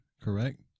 Correct